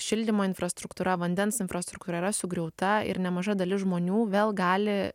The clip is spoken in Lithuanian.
šildymo infrastruktūra vandens infrastruktūra yra sugriauta ir nemaža dalis žmonių vėl gali